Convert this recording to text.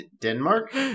Denmark